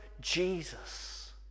Jesus